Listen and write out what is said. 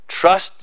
trust